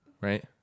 right